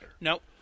Nope